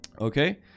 Okay